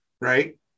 right